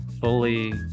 fully